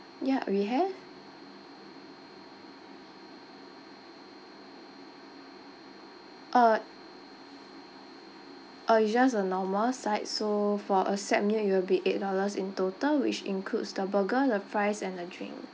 ya we have oh oh it's just a normal side so for a set meal it will be eight dollars in total which includes the burger the fries and a drink